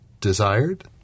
Desired